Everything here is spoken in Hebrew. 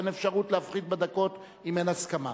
אין אפשרות להפחית בדקות אם אין הסכמה.